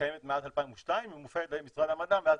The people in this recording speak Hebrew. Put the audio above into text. קיימת מאז 2002 ומופעלת על ידי משרד המדע מאז